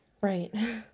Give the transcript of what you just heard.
right